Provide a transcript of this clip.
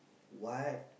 why